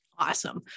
Awesome